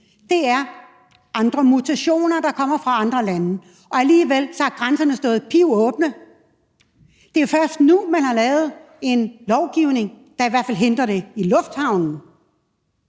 Det er andre mutationer, der kommer fra andre lande, og alligevel har grænserne stået pivåbne. Det er først nu, man har lavet en lovgivning, der i hvert fald hindrer det i lufthavnen.